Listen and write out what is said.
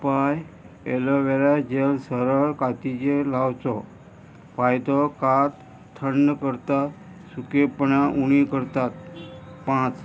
उपाय aloe vera gel सरळ कातीचेर लावचो फायदो कात थंड करता सुकेपणां उणी करतात पांच